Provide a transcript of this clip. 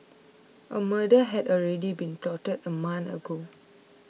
a murder had already been plotted a month ago